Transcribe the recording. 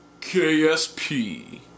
KSP